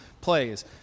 plays